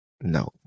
no